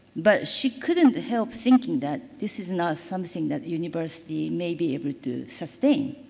but she couldn't help thinking that this is not something that university may be able to sustain.